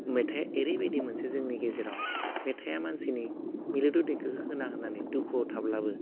मेथाइ ओरैबायदि मोनसे जोंनि गेजेराव मेथाइआ मानसिनि मिलौदो देंखोखो खोनाहोनानै दुखुआव थाबाब्लाबो